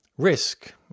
Risk